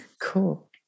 Cool